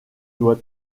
doit